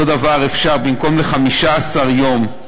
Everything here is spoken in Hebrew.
אותו דבר אפשר, במקום ל-15 יום,